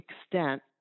extent